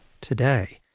today